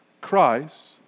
Christ